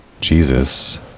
Jesus